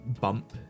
bump